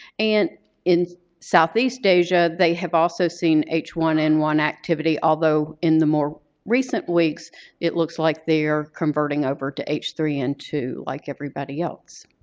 and in southeast asia they have also seen h one n one activity, although in the more recent weeks it looks like they are converting over to h three n two like everybody else.